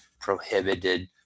prohibited